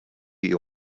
you